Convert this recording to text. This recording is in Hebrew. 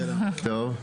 טוב.